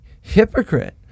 Hypocrite